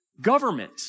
government